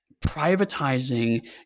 Privatizing